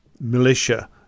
militia